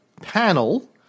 panel